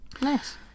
Nice